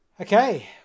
Okay